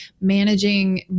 managing